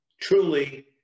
truly